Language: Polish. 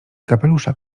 kapelusza